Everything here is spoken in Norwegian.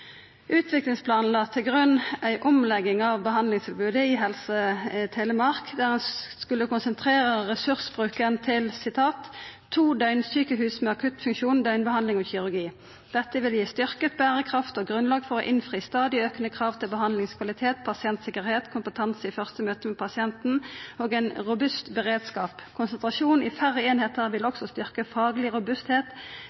Utviklingsplanen la til grunn ei omlegging av behandlingstilbodet i Sykehuset Telemark, der ein skulle konsentrera ressursbruken til «to døgnsykehus med akuttfunksjon, døgnbehandling og kirurgi». Vidare: «Dette vil gi styrket bærekraft og grunnlag for å innfri stadig økende krav til behandlingskvalitet, pasientsikkerhet, kompetanse i første møte med pasienten og en robust beredskap. Konsentrasjon i færre enheter vil